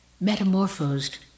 metamorphosed